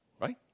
Right